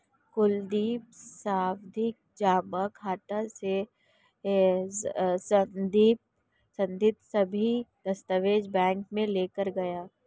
कुलदीप सावधि जमा खाता से संबंधित सभी दस्तावेज बैंक में लेकर गया